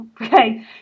okay